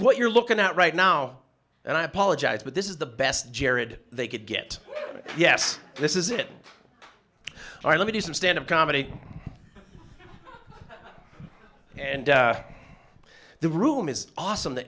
what you're looking at right now and i apologize but this is the best jared they could get yes this is it i let me do some stand up comedy and the room is awesome the